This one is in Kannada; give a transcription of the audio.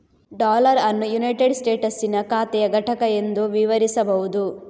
ಡಾಲರ್ ಅನ್ನು ಯುನೈಟೆಡ್ ಸ್ಟೇಟಸ್ಸಿನ ಖಾತೆಯ ಘಟಕ ಎಂದು ವಿವರಿಸಬಹುದು